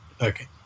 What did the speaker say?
Okay